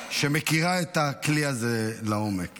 שמכירה את הכלי הזה לעומק